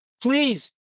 please